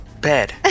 Bed